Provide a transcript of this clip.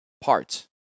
parts